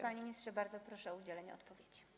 Panie ministrze, bardzo proszę o udzielenie odpowiedzi.